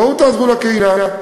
בואו תעזרו לקהילה.